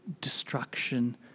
destruction